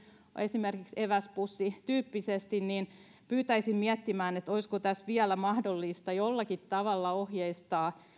esimerkiksi eväspussityyppisesti ja pyytäisin miettimään olisiko tässä vielä mahdollista jollakin tavalla ohjeistaa